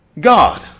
God